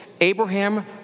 Abraham